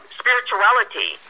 spirituality